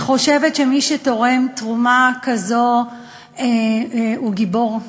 אני חושבת שמי שתורם תרומה כזאת הוא גיבור.